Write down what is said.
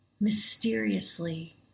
mysteriously